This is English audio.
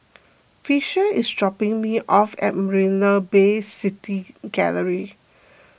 Fisher is dropping me off at Marina Bay City Gallery